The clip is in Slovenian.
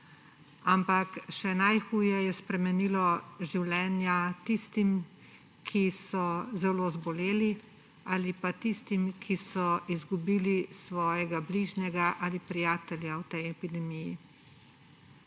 ampak še najhuje je spremenilo življenja tistim, ki so zelo zboleli, ali pa tistim, ki so izgubili svojega bližnjega ali prijatelja v tej epidemiji.